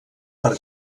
per